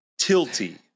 tilty